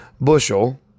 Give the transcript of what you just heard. bushel